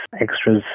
Extra's